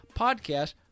podcast